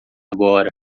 agora